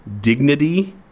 dignity